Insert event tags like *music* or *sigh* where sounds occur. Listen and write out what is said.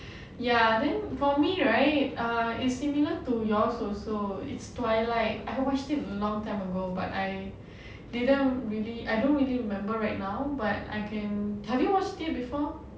*breath* ya then for me right err is similar to yours also it's twilight I watched it a long time ago but I didn't really I don't really remember right now but I can have you watched it before